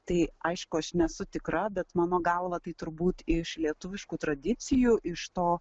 tai aišku aš nesu tikra bet mano galva tai turbūt iš lietuviškų tradicijų iš to